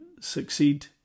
succeed